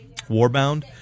Warbound